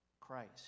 Christ